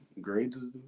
grades